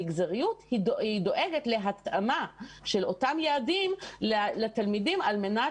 המגזריות דואגת להתאמה של אותם יעדים לתלמידים על מנת